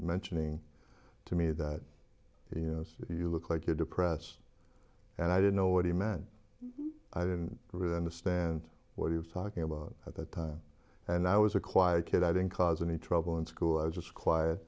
mentioning to me that you know you look like you're depressed and i didn't know what he meant i didn't really understand what he was talking about at that time and i was a quiet kid i didn't cause any trouble in school i was just quiet